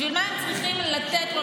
בשביל מה צריכים לתת לו,